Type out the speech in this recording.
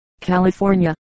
California